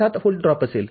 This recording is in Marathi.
७ व्होल्ट ड्रॉप असेल